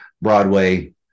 Broadway